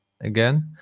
again